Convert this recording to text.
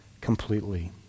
completely